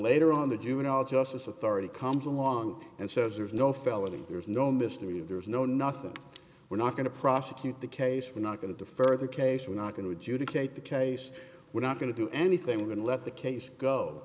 later on the juvenile justice authority comes along and says there's no felony there's no mystery of there's no nothing we're not going to prosecute the case we're not going to further case we're not going to adjudicate the case we're not going to do anything we're going to let the case go